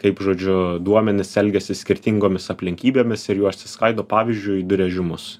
kaip žodžiu duomenys elgiasi skirtingomis aplinkybėmis ir juos išskaido pavyzdžiui į du režimus